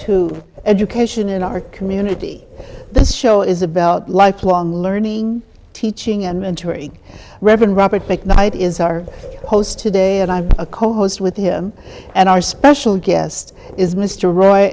into education in our community this show is about lifelong learning teaching and mentoring reverend robert blake knight is our host today and i'm a co host with him and our special guest is mr roy